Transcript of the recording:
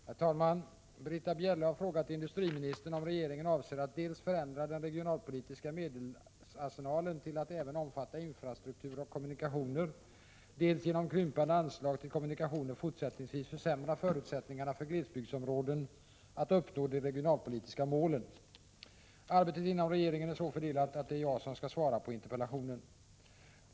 Herr talman! Britta Bjelle har frågat industriministern om regeringen avser att dels förändra den regionalpolitiska medelsarsenalen till att även omfatta infrastruktur och kommunikationer, dels genom krympande anslag till kommunikationer fortsättningsvis försämra förutsättningarna för glesbygdsområden att uppnå de regionalpolitiska målen. Arbetet inom regeringen är så fördelat att det är jag som skall svara på interpellationen.